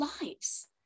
lives